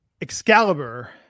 Excalibur